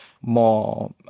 more